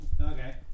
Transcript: Okay